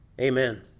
amen